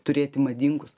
turėti madingus